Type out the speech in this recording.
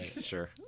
sure